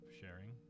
sharing